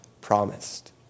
promised